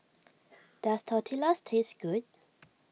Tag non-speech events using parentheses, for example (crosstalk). (noise) does Tortillas taste good